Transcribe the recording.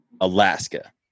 Alaska